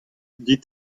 dit